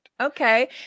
Okay